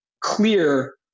clear